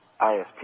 ISP